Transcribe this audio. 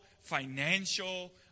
financial